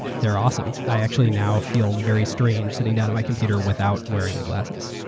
theyaeurre awesome. i actually now feel very strange sitting down on my computer without wearing the glasses.